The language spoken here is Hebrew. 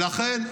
ולכן,